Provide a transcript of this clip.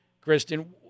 Kristen